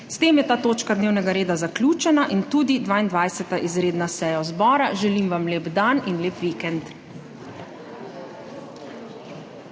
S tem je ta točka dnevnega reda zaključena in tudi 22. izredna seja zbora. Želim vam lep dan in lep vikend!